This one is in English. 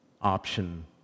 option